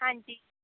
ਹਾਂਜੀ